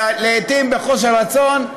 לעיתים בחוסר רצון,